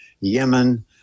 Yemen